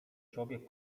człowiek